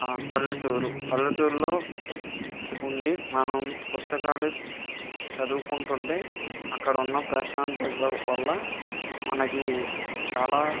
పల్లెటూరు పల్లెటూరిలో ఉండి మనం పుస్తకాలు చదువుకుంటుంటే అక్కడున్న ప్రశాంతత వల్ల మనకి చాలా